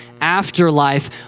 afterlife